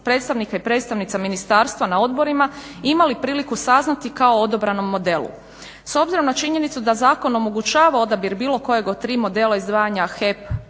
predstavnika i predstavnica ministarstva na odborima imali priliku saznati kao o odabranom modelu. S obzirom na činjenicu da zakon omogućava odabir bilo kojeg od tri modela izdvajanja HEP